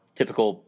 typical